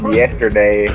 yesterday